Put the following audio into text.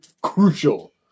crucial